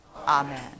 Amen